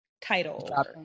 title